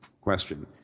question